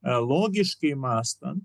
logiškai mąstant